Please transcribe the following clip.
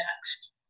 next